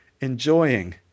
enjoying